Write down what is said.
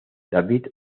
david